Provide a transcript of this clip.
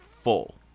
full